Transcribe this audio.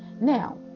Now